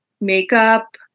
makeup